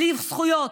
בלי זכויות.